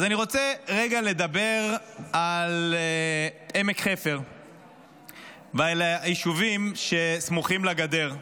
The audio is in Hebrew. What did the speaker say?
אז אני רוצה רגע לדבר על עמק חפר ועל היישובים שסמוכים לגדר,